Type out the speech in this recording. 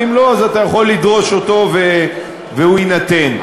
ואם לא, אתה יכול לדרוש אותו והוא יינתן.